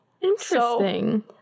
Interesting